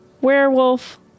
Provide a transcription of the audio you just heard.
werewolf